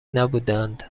نبودهاند